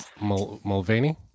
Mulvaney